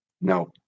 No